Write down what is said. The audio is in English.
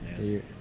Yes